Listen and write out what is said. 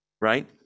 right